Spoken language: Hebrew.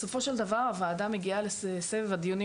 בסופו של דבר הוועדה מגיעה לסבב הדיונים